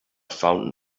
found